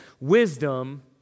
wisdom